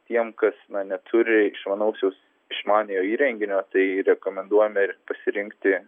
tiems kas na kas neturi išmaniosios išmaniojo įrenginio tai rekomenduojame pasirinkti